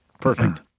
Perfect